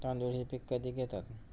तांदूळ हे पीक कधी घेतात?